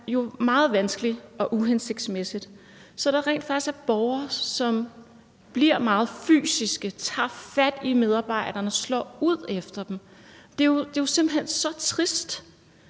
er meget vanskelig og uhensigtsmæssig. Der er rent faktisk borgere, som bliver meget fysiske, tager fat i medarbejderne, slår ud efter dem. Det er jo simpelt hen så trist